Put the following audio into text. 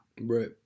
Right